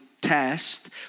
test